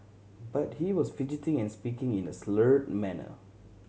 but he was fidgeting and speaking in a slurred manner